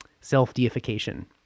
self-deification